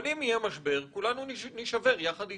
אם יהיה משבר, כולנו נישבר יחד איתם.